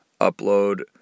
upload